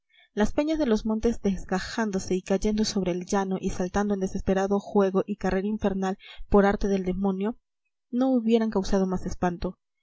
las peñas de los montes desgajándose y cayendo sobre el llano y saltando en desesperado juego y carrera infernal por arte del demonio no hubieran causado más espanto